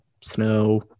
snow